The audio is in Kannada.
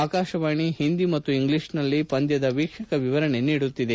ಆಕಾಶವಾಣಿ ಹಿಂದಿ ಮತ್ತು ಇಂಗ್ಲಿಷ್ನಲ್ಲಿ ಪಂದ್ಲದ ವೀಕ್ಷಕ ವಿವರಣೆ ನೀಡುತ್ತಿದೆ